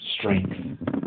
strength